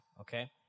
okay